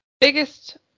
biggest